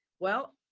well,